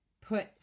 put